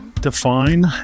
define